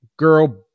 Girl